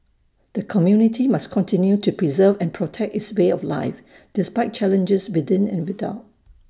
the community must continue to preserve and protect its way of life despite challenges within and without